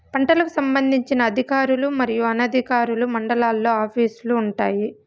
పంటలకు సంబంధించిన అధికారులు మరియు అనధికారులు మండలాల్లో ఆఫీస్ లు వుంటాయి?